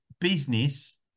business